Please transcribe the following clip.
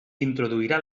introduirà